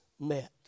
met